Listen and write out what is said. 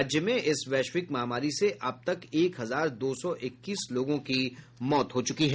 राज्य में इस वैश्विक महामारी से अब तक एक हजार दो सौ इक्कीस लोगों की मौत हो चुकी है